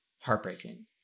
heartbreaking